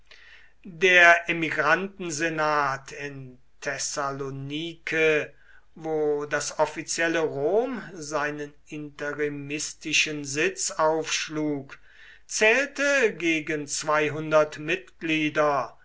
der emigrantensenat in thessalonike wo das offizielle rom seinen interimistischen sitz aufschlug zählte gegen mitglieder